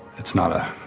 it's not a